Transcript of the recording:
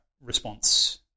response